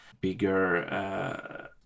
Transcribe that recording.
bigger